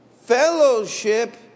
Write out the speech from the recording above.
Fellowship